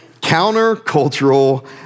countercultural